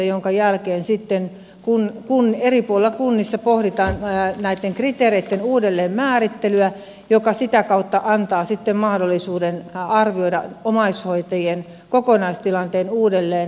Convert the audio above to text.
sen jälkeen sitten eri puolilla kunnissa pohditaan näitten kriteereitten uudelleenmäärittelyä mikä sitä kautta antaa mahdollisuuden arvioida omaishoitajien kokonaistilanteen uudelleen